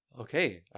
Okay